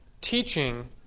teaching